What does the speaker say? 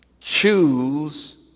Choose